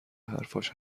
حرفاش